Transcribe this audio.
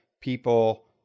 people